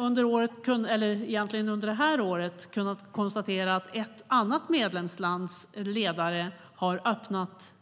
Under det här året har vi tyvärr kunnat konstatera att ett annat medlemslands ledare har öppnat